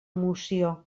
moció